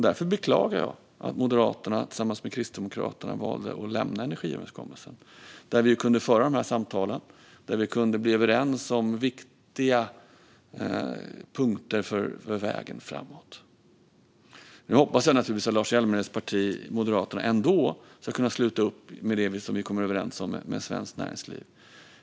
Därför beklagar jag att Moderaterna tillsammans med Kristdemokraterna valde att lämna energiöverenskommelsen, där vi kunde föra de här samtalen och bli överens om viktiga punkter för vägen framåt. Nu hoppas jag naturligtvis att Lars Hjälmereds parti Moderaterna ändå ska kunna sluta upp kring det vi kommer överens om med svenskt näringsliv.